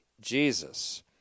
Jesus